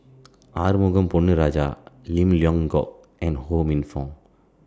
Arumugam Ponnu Rajah Lim Leong Geok and Ho Minfong